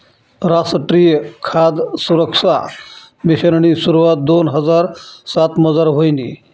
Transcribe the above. रासट्रीय खाद सुरक्सा मिशननी सुरवात दोन हजार सातमझार व्हयनी